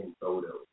photos